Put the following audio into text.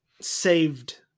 saved